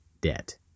debt